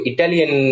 Italian